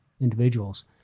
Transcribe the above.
individuals